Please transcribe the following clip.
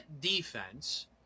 defense